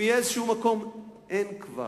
אם יהיה איזה מקום, אין כבר,